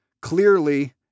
clearly